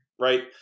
Right